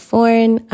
Foreign